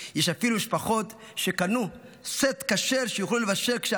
יש אפילו משפחות שקנו סט כשר שיוכלו לבשל כשאנחנו,